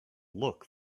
look